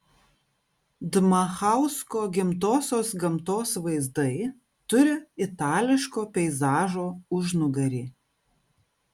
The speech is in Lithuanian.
dmachausko gimtosios gamtos vaizdai turi itališko peizažo užnugarį